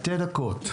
שתי דקות.